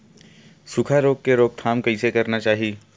सुखा रोग के रोकथाम कइसे करना चाही?